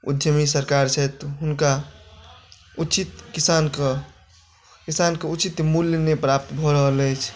उद्यमी सरकार छथि हुनका उचित किसानकेँ किसानके उचित मूल्य नहि प्राप्त भऽ रहल अछि